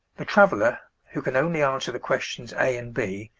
the traveller who can only answer the questions a and b,